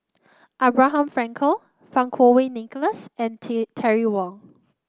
Abraham Frankel Fang Kuo Wei Nicholas and Tin Terry Wong